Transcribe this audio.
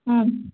ಹ್ಞೂ